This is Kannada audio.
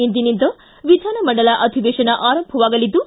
ಇಂದಿನಿಂದ ವಿಧಾನಮಂಡಲ ಅಧಿವೇತನ ಆರಂಭವಾಗಲಿದ್ದು